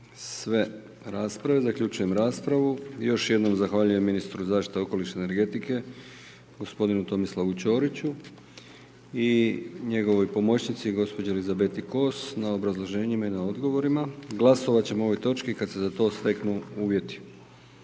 sve rasprave. Zaključujem raspravu i još jednom zahvaljujem ministru zaštite okoliša i energetike gospodinu Tomislavu Ćoriću i njegovoj pomoćnici gospođi Elizabeti Kos na obrazloženjima i na odgovorima. Glasovati ćemo o ovoj točki kada se za to steknu uvjeti.